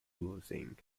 losing